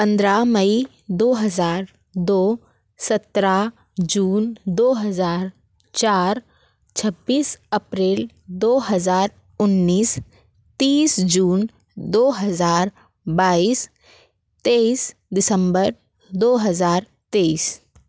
पन्द्रह मई दो हज़ार दो सत्रह जून दो हज़ार चार छब्बीस अप्रेल दो हज़ार उन्नीस तीस जून दो हज़ार बाइस तेइस दिसम्बर दो हज़ार तेइस